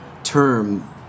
term